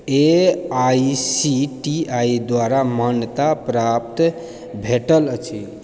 A I C T E द्वारा मान्यता प्राप्त भेल अछि